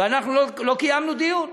ולא קיימנו דיון,